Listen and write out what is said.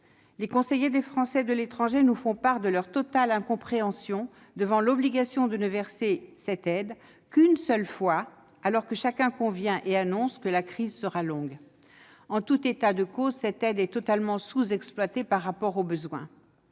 Les conseillers des Français de l'étranger nous font part de leur totale incompréhension face à l'obligation de ne verser cette aide qu'une seule fois, alors que, chacun en convient et l'annonce, la crise sera longue. En tout état de cause, cette aide est totalement sous-dimensionnée par rapport aux besoins.